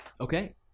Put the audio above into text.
Okay